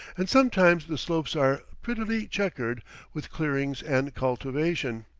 and sometimes the slopes are prettily chequered with clearings and cultivation.